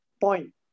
point